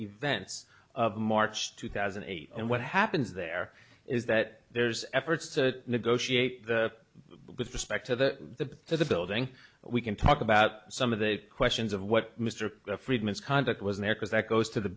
events of march two thousand and eight and what happens there is that there's efforts to negotiate but with respect to the for the building we can talk about some of the questions of what mr friedman's conduct was there because that goes to the